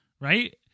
right